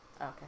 Okay